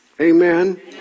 Amen